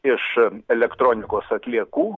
iš elektronikos atliekų